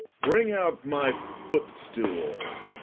bring out my footstool.